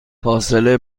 فاصله